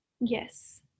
yes